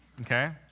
okay